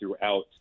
throughout